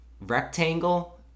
rectangle